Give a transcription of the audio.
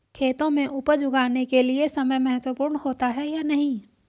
खेतों में उपज उगाने के लिये समय महत्वपूर्ण होता है या नहीं?